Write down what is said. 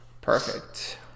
Perfect